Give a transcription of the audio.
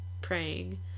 praying